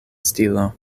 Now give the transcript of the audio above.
stilo